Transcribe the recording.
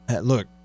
Look